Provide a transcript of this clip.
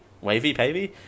Wavy-pavy